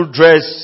dress